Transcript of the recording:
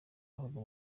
ruhago